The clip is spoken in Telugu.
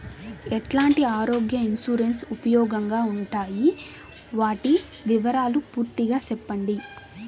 ఎట్లాంటి ఆరోగ్య ఇన్సూరెన్సు ఉపయోగం గా ఉండాయి వాటి వివరాలు పూర్తిగా సెప్పండి?